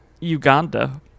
uganda